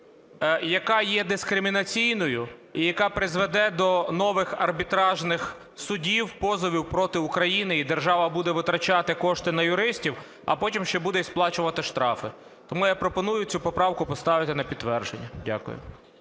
яка є дискримінаційною і яка призведе до нових арбітражних судів позовів проти України. І держава буде витрачати кошти на юристів, а потім ще буде і сплачувати штрафи. Тому я пропоную цю поправку поставити на підтвердження. Дякую.